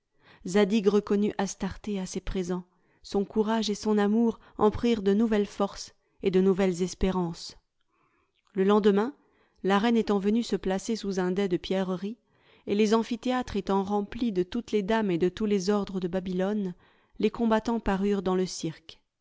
zadig reconnut astarté à ces présents son courage et son amour en prirent de nouvelles forces et de nouvelles espérances le lendemain la reine étant venue se placer sous un dais de pierreries et les amphithéâtres étant remplis de toutes les dames et de tous les ordres de babylone les combattants parurent dans le cirque